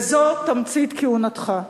וזו תמצית כהונתך: